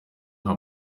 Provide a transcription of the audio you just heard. nka